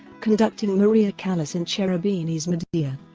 conducting maria callas in cherubini's medea.